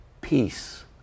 Peace